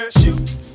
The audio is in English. Shoot